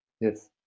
Yes